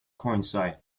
coincide